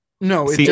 No